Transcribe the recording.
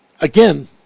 again